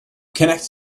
connect